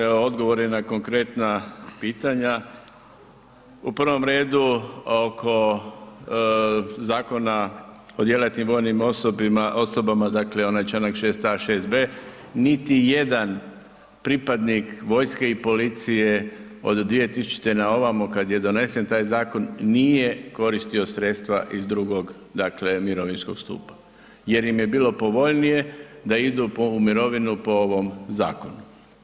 Evo odgovor je na konkretna pitanja, u prvom redu oko Zakona o djelatnim vojnim osobama, dakle onaj čl. 6.a., 6.b., niti jedan pripadnik vojske i policije od 2000. na ovamo kad je donesen taj zakon, nije koristio sredstva iz II., dakle mirovinskog stupa jer im je bilo povoljnije da idu u mirovinu po ovom zakonu.